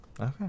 okay